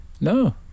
No